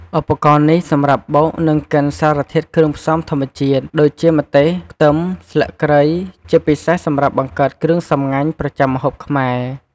ឧបករណ៍នេះសម្រាប់បុក និងកិនសារធាតុគ្រឿងផ្សំធម្មជាតិ ដូចជាម្ទេស ខ្ទឹម ស្លឹកគ្រៃ ជាពិសេសសម្រាប់បង្កើតគ្រឿងសម្ងាញ់ប្រចាំម្ហូបខ្មែរ។